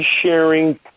sharing